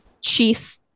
chief